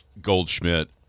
Goldschmidt